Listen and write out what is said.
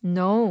no